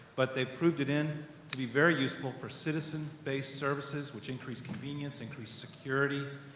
but they've proved it in to be very useful for citizen-based services, which increase convenience, increase security,